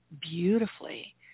beautifully